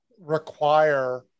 require